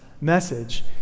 message